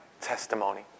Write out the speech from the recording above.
testimony